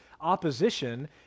opposition